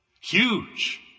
Huge